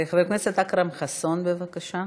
חבר הכנסת אכרם חסון, בבקשה.